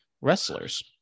wrestlers